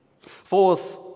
Fourth